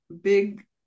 big